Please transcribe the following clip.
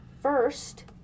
first